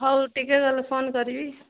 ହଉ ଟିକେ ଗଲେ ଫୋନ୍ କରିବି